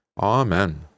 Amen